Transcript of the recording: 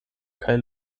kaj